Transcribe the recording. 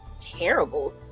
terrible